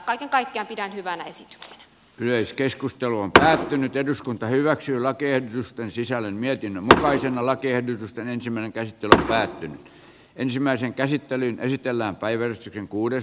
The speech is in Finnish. kaiken kaikkiaan pidän tätä hyvänä esityksen yleiskeskustelu on päättynyt eduskunta hyväksyi lakien sisällön mietin valaisemalla kiihdytetään ensimmäinen käyttö päättynyt ensimmäisen käsittelyn esitellään päivän esityksenä